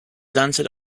sunset